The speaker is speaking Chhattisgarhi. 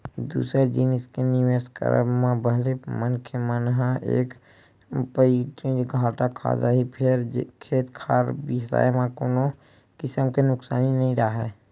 दूसर जिनिस के निवेस करब म भले मनखे ह एक पइत घाटा खा जाही फेर खेत खार बिसाए म कोनो किसम के नुकसानी नइ राहय